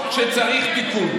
שצריך תיקון.